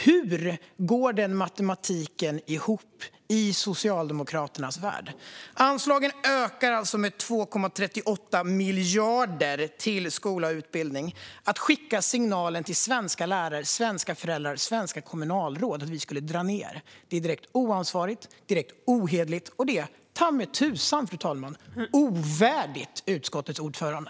Hur går den matematiken ihop i Socialdemokraternas värld? Anslagen till skola och utbildning ökar alltså med 2,38 miljarder. Att skicka signalen till svenska lärare, föräldrar och kommunalråd att vi drar ned är direkt oansvarigt och ohederligt. Och, fru talman, det är ta mig tusan ovärdigt utskottets ordförande.